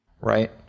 Right